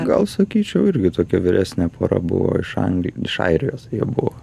gal sakyčiau irgi tokia vyresnė pora buvo iš an iš airijos jie buvo